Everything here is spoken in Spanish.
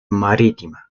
marítima